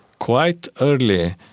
quite early.